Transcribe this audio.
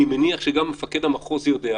אני מניח שגם מפקד המחוז יודע,